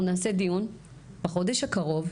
אנחנו נעשה דיון בחודש הקרוב,